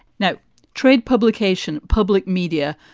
no trade publication. public media.